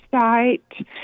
Site